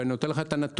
ואני אתן לך נתון,